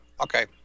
okay